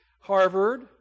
Harvard